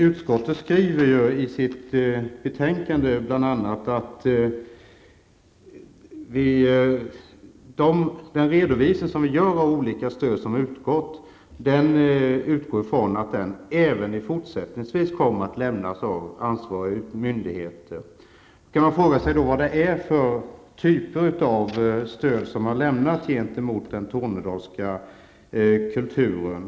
Utskottet skriver ju i sitt betänkande bl.a. att utskottet utgår från att redovisning av det stöd som har utgått även fortsättningsvis kommer att lämnas av ansvariga myndigheter. Man kan fråga sig vad det är för typ av stöd som har lämnats till den tornedalska kulturen.